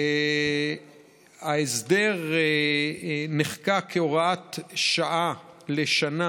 ההסדר נחקק כהוראת שעה לשנה,